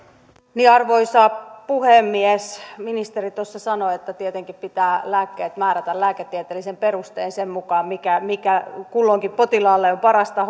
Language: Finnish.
arvoisa puhemies ministeri tuossa sanoi että tietenkin pitää lääkkeet määrätä lääketieteellisin perustein sen mukaan mikä mikä kulloinkin potilaalle on parasta